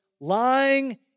lying